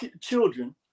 children